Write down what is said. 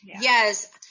yes